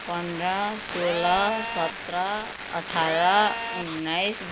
पन्ध्र सोह्र सत्र अठार उन्नाइस